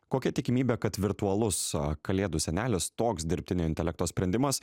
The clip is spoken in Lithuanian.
kokia tikimybė kad virtualus kalėdų senelis toks dirbtinio intelekto sprendimas